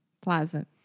plaza